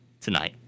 tonight